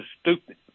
stupid